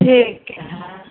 ठीक हए